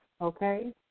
okay